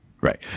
Right